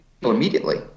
immediately